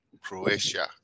Croatia